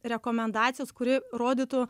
rekomendacijos kuri rodytų